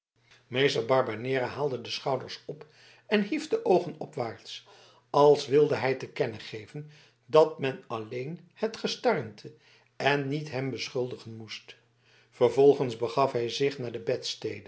meester barbanera haalde de schouders op en hief de oogen opwaarts als wilde hij te kennen geven dat men alleen het gestarnte en niet hem beschuldigen moest vervolgens begaf hij zich naar de